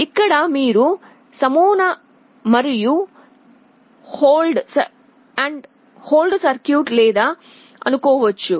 ఇక్కడ మీరు నమూనా మరియు హోల్డ్ సర్క్యూట్ లేదని అనుకోవచ్చు